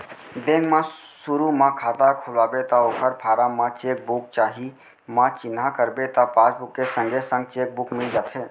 bank म सुरू म खाता खोलवाबे त ओकर फारम म चेक बुक चाही म चिन्हा करबे त पासबुक के संगे संग चेक बुक मिल जाथे